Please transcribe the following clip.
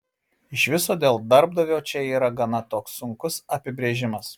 iš viso dėl darbdavio čia yra gana toks sunkus apibrėžimas